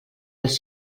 dels